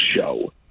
show